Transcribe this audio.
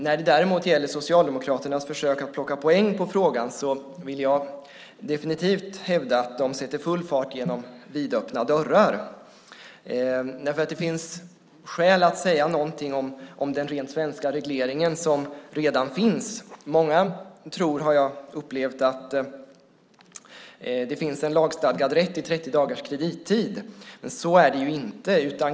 När det gäller Socialdemokraternas försök att plocka poäng på frågan vill jag däremot definitivt hävda att de sätter full fart genom vidöppna dörrar. Det finns skäl att säga något om den svenska reglering som redan finns. Många tror, har jag märkt, att det finns en lagstadgad rätt till 30 dagars kredittid. Så är det inte.